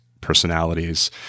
personalities